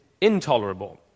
intolerable